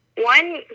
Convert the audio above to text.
One